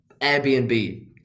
Airbnb